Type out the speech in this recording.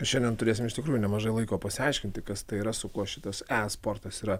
šiandien turėsim iš tikrųjų nemažai laiko pasiaiškinti kas tai yra su kuo šitas esportas yra